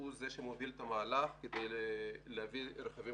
זה שמוביל את המהלך להביא את הרכבים